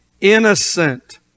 innocent